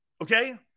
Okay